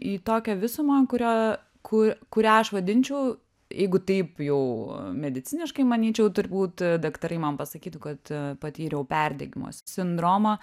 į tokią visumą kurią ku kurią aš vadinčiau jeigu taip jau mediciniškai manyčiau turbūt daktarai man pasakytų kad patyriau perdegimo sindromą